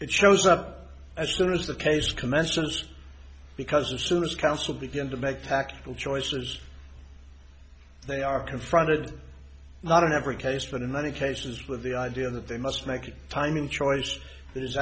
it shows up as good as the case commences because as soon as council begin to make tactical choices they are confronted not in every case but in many cases with the idea that they must make a final choice